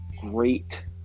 great